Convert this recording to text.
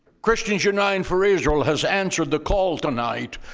christians united for israel has answered the call tonight,